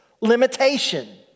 limitation